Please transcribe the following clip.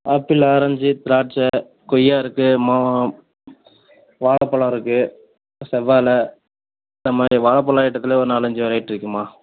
apple orange திராட்சை கொய்யா இருக்கு மா வாழைப்பழம் இருக்கு செவ்வாழை அந்தமாதிரி வாழைப்பழ ஐட்டத்துல ஒரு நாலஞ்சு வெரைட்டி இருக்கும்மா